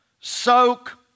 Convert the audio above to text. soak